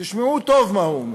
תשמעו טוב מה הוא אומר.